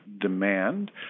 demand